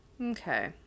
Okay